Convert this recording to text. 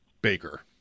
Baker